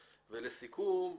ולסיכום,